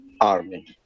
Army